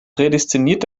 prädestiniert